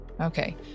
Okay